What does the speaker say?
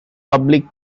public